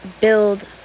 build